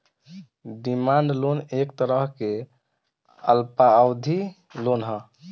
demand loan एक तरह के अल्पावधि लोन ह